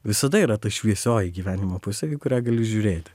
visada yra ta šviesioji gyvenimo pusė į kurią gali žiūrėti